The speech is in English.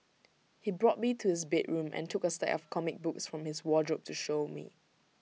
he brought me to his bedroom and took A stack of comic books from his wardrobe to show me